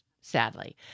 sadly